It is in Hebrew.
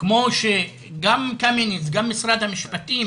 כמו שגם קמיניץ וגם משרד המשפטים